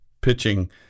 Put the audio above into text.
pitching